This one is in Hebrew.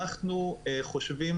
אנחנו חושבים